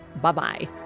Bye-bye